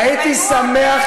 האם את מתנגדת לכך שמדינת ישראל,